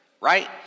right